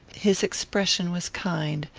his expression was kind,